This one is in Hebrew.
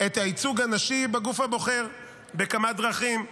את הייצוג הנשי בגוף הבוחר בכמה דרכים.